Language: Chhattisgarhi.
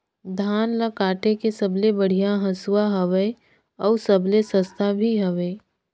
धान ल काटे के सबले बढ़िया हंसुवा हवये? अउ सबले सस्ता भी हवे?